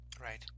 right